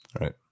Right